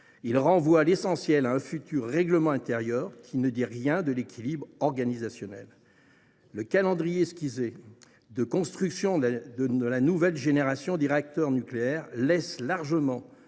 Il renvoie l’essentiel à un futur règlement intérieur, qui ne dit rien de l’équilibre organisationnel. Le calendrier esquissé de construction de la nouvelle génération de réacteurs nucléaires laisse largement